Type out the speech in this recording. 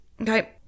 Okay